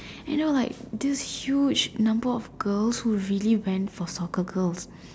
you know like this huge number of girls who really went for soccer girls